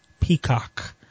Peacock